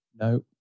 no